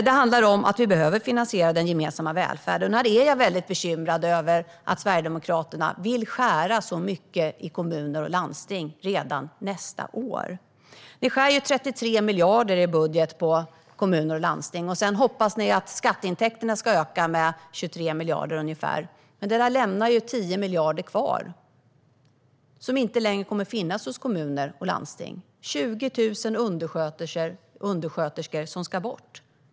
Det handlar om att vi behöver finansiera den gemensamma välfärden. Här är jag väldigt bekymrad över att Sverigedemokraterna vill skära så mycket i kommuner och landsting redan nästa år. Ni skär bort 33 miljarder i budgeten för kommuner och landsting. Sedan hoppas ni att skatteintäkterna ska öka med ungefär 23 miljarder. Men det lämnar ju 10 miljarder som inte längre kommer att finnas hos kommuner och landsting. 20 000 undersköterskor ska bort.